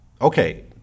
okay